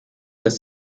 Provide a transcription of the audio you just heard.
dass